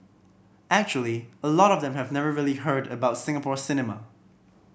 actually a lot of them have never really heard about Singapore cinema